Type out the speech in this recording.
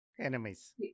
enemies